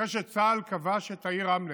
אחרי שצה"ל כבש את העיר רמלה,